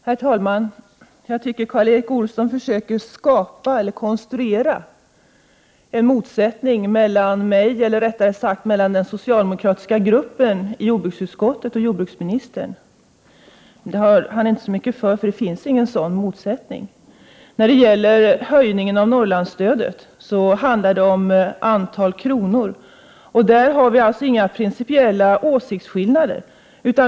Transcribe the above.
Herr talman! Jag tycker att det verkar som om Karl Erik Olsson försöker konstruera en motsättning mellan den socialdemokratiska gruppen i jordbruksutskottet och jordbruksministern. Det har han inte så mycket för, eftersom det inte finns någon sådan motsättning. När det gäller höjningen av Norrlandsstödet handlar det om antal kronor, och där har vi inga principiella åsiktsskillnader.